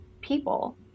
people